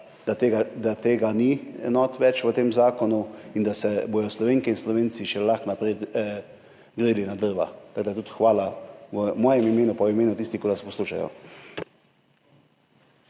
da tega ni več notri v tem zakonu in da se bodo Slovenke in Slovenci še lahko naprej greli na drva. Tako da hvala tudi v mojem imenu in v imenu tistih, ki nas poslušajo.